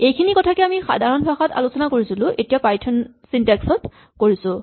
এইখিনি কথাকে আমি সাধাৰণ ভাষাত আলোচনা কৰিছিলো এতিয়া পাইথন ছিনটেক্স ত কৰিছো